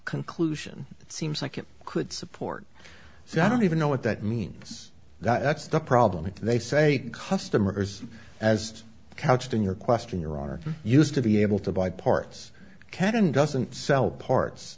conclusion it seems like it could support so i don't even know what that means that's the problem they say customers as couched in your question your honor used to be able to buy parts caton doesn't sell parts